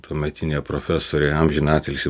tuometinė profesorė amžiną atilsį